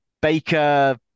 Baker